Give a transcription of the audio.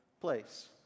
place